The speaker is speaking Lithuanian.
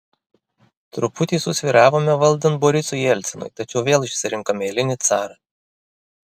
truputį susvyravome valdant borisui jelcinui tačiau vėl išsirinkome eilinį carą